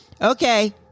okay